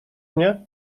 mnie